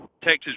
Texas